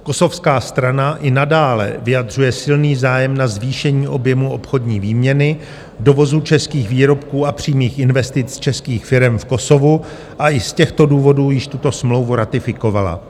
Kosovská strana i nadále vyjadřuje silný zájem na zvýšení objemu obchodní výměny, dovozu českých výrobků a přímých investic z českých firem v Kosovu a i z těchto důvodů již tuto smlouvu ratifikovala.